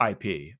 IP